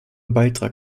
beitrag